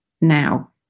now